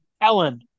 Ellen